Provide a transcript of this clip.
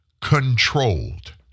controlled